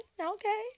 Okay